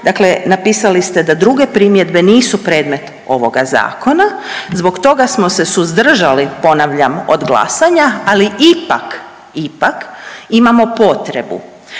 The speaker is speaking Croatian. Dakle, napisali ste da druge primjedbe nisu predmet ovoga zakona. Zbog toga smo se suzdržali ponavljam od glasanja, ali ipak, ipak imamo potrebu